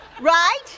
Right